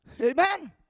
Amen